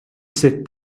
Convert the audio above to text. sit